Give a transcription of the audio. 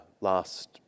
last